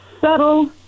subtle